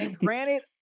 granted